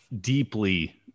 deeply